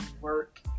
work